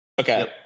okay